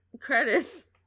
credits